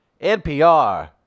NPR